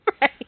Right